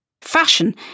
Fashion